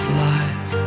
life